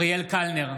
אריאל קלנר,